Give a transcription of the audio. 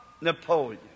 Napoleon